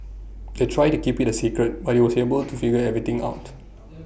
they tried to keep IT A secret but he was able to figure everything out